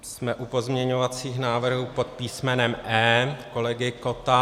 Jsme u pozměňovacích návrhů pod písmenem E kolegy Kotta.